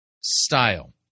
style